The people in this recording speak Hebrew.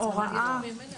לצורך העניין,